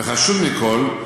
וחשוב מכול,